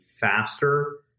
faster